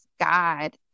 God